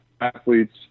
athletes